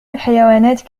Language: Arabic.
الحيوانات